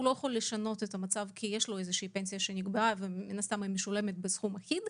הוא לא יכול לשנות את המצב כי יש לו פנסיה שנקבעה ומשולמת בסכום אחיד.